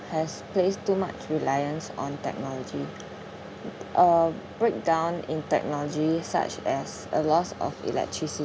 has placed too much reliance on technology a breakdown in technology such as a loss of electricity